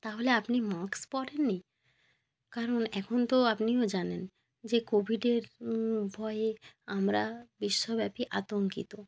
তাহলে আপনি মাস্ক পরেন নি কারণ এখন তো আপনিও জানেন যে কোভিডের ভয়ে আমরা বিশ্বব্যাপী আতঙ্কিত